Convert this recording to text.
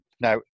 Now